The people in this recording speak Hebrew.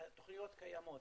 התוכניות קיימות,